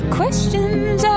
questions